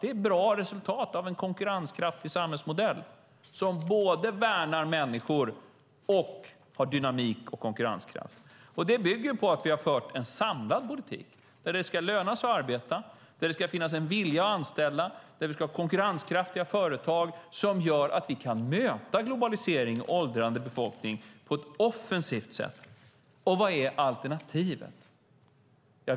Det är ett bra resultat av en konkurrenskraftig samhällsmodell som både värnar människor och har dynamik och konkurrenskraft. Det bygger på att vi har fört en samlad politik där det ska löna sig att arbeta, där det ska finnas en vilja att anställa och där vi ska ha konkurrenskraftiga företag som gör att vi kan möta globaliseringen och en åldrande befolkning på ett offensivt sätt. Vad är alternativet?